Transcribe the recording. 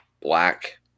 black